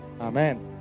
amen